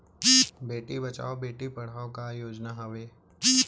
बेटी बचाओ बेटी पढ़ाओ का योजना हवे?